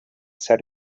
set